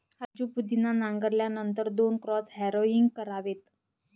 राजू पुदिना नांगरल्यानंतर दोन क्रॉस हॅरोइंग करावेत